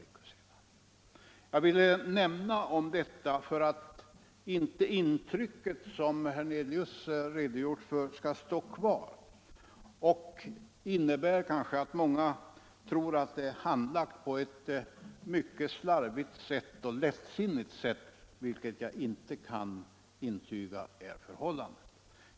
Jag har velat nämna detta för att den beskrivning som herr Hernelius gjort inte skall ge intryck av att denna fråga har handlagts på ett mycket slarvigt och lättsinnigt sätt. Jag kan intyga att så inte är förhållandet.